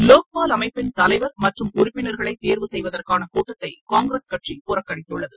லோக்பால் அமைப்பின் தலைவர் மற்றும் உறுப்பினர்களைத் தேர்வு செய்வதற்கான கூட்டத்தை காங்கிரஸ் கட்சி புறக்கணித்துள்ளது